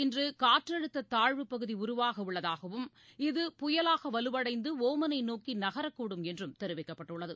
இன்றுகாற்றழுத்ததாழ்வு அரபிக் கடலில் பகுதிஉருவாகஉள்ளதாகவும் இது புயலாகவலுவடைந்துஒமனைநோக்கிநகரக்கூடும் என்றும் தெரிவிக்கப்பட்டுள்ளது